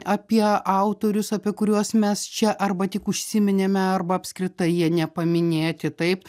apie autorius apie kuriuos mes čia arba tik užsiminėme arba apskritai jie nepaminėti taip